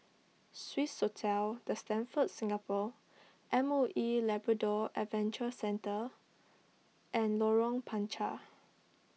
Swissotel the Stamford Singapore M O E Labrador Adventure Centre and Lorong Panchar